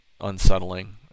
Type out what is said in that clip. unsettling